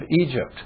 Egypt